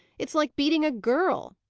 it's like beating a girl.